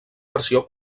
versió